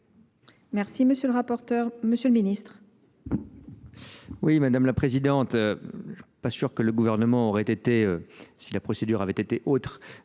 Merci M. le rapporteur, M. le ministre. Oui, Mᵐᵉ la Présidente, je pas sûr que le gouvernement aurait été, si la procédure avait été autre